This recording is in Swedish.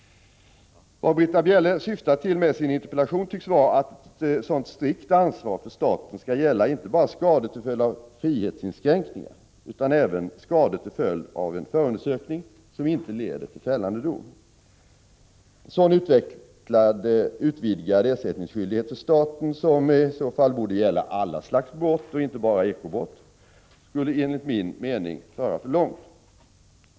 Vad Britta Bjelle syftar till med sin interpellation tycks vara att ett sådant strikt ansvar för staten skall gälla inte bara skador till följd av frihetsinskränkningar utan även skador till följd av en förundersökning som inte leder till fällande dom. En sådan utvidgad ersättningsskyldighet för staten — som i så fall borde gälla alla slags brott och inte bara eko-brott — skulle enligt min mening leda för långt.